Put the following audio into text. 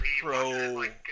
pro